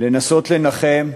לנסות לנחם,